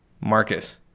Marcus